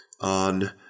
on